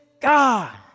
God